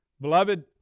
Beloved